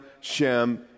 Shem